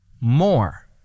more